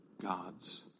God's